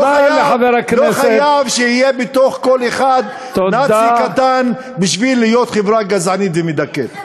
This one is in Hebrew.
לא חייב שיהיה בתוך כל אחד נאצי קטן בשביל להיות חברה גזענית ומדכאת.